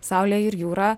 saulė ir jūra